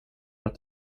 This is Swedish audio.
att